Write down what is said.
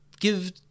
give